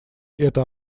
эта